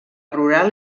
rural